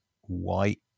white